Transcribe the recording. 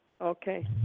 Okay